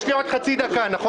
יש לי עוד חצי דקה, נכון?